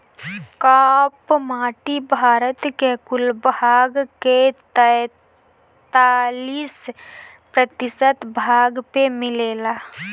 काप माटी भारत के कुल भाग के तैंतालीस प्रतिशत भाग पे मिलेला